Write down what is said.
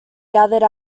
gathered